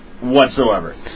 whatsoever